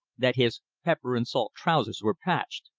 that his pepper and salt trousers were patched,